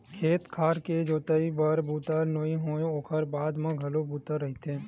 खेत खार के जोतइच भर ह बूता नो हय ओखर बाद म घलो बूता रहिथे